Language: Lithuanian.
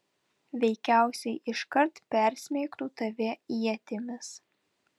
veikiausiai iškart persmeigtų tave ietimis